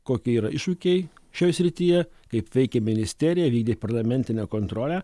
kokie yra iššūkiai šioj srityje kaip veikė ministerija vykdė parlamentinę kontrolę